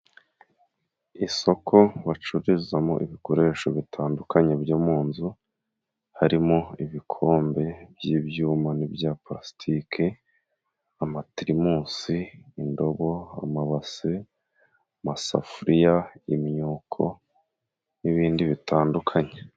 Isoko bacururizamo ibikoresho bitandukanye byo mu nzu, harimo ibikombe by'ibyuma n'ibya plasitike, amatirimusi, indobo, amabase, amasafuriya, imyuko n'ibindi bitandukanye.